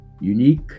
unique